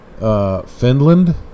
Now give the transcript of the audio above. Finland